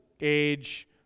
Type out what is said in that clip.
age